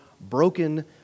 broken